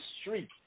street